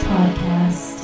Podcast